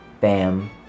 Bam